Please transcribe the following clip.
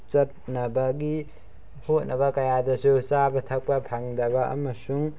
ꯆꯠꯅꯕꯒꯤ ꯍꯣꯠꯅꯕ ꯀꯌꯥꯗꯁꯨ ꯆꯥꯕ ꯊꯛꯄ ꯐꯪꯗꯕ ꯑꯃꯁꯨꯡ